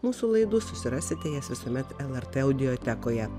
mūsų laidų susiraskite jas visuomet lrt audiotekoje